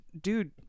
dude